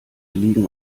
liegen